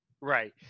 right